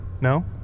No